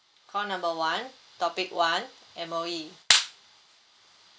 call number one topic one M_O_E